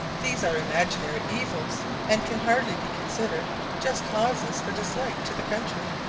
these are imaginary evils, and can hardly be considered just causes for dislike to the country.